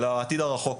אלא העתיד הרחוק.